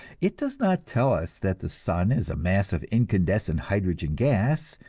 it does not tell us that the sun is a mass of incandescent hydrogen gas,